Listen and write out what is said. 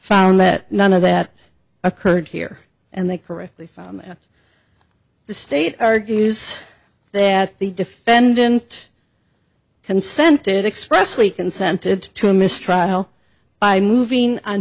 found that none of that occurred here and they correctly found that the state argues that the defendant consented expressly consented to a mistrial by moving on